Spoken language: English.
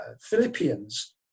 Philippians